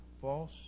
false